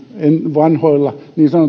vanhoilla